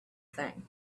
thing